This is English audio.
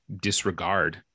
disregard